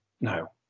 no